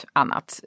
annat